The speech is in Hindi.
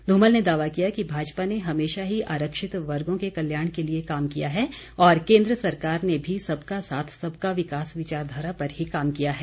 धूमल ने दावा किया कि भाजपा ने हमेशा ही आरक्षित वर्गों के कल्याण के लिए काम किया है और केन्द्र सरकार ने भी सबका साथ सबका विकास विचारधारा पर ही काम किया है